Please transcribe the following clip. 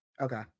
Okay